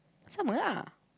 Sama lah